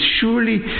Surely